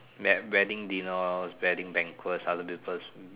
wed~ wedding dinner lor wedding banquet other people's